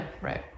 right